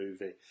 movie